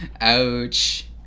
Ouch